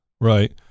Right